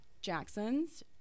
Jackson's